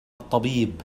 الطبيب